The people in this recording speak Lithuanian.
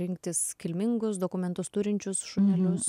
rinktis kilmingus dokumentus turinčius šunelius